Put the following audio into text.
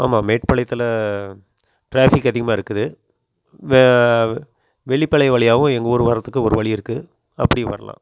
ஆமாம் மேட்டுப்பாளையத்தில் டிராஃபிக் அதிகமா இருக்குது வெளிப்பாளையம் வழியாவும் எங்கள் ஊரு வர்கிறத்துக்கு ஒரு வழி இருக்குது அப்படியும் வரலாம்